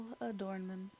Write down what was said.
adornment